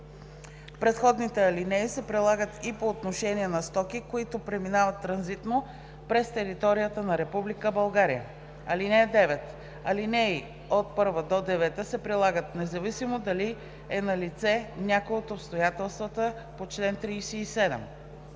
Предходните алинеи се прилагат и по отношение на стоки, които преминават транзитно през територията на Република България. (9) Алинеи 1 – 8 се прилагат независимо дали е налице някое от обстоятелствата по чл. 37.